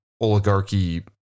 oligarchy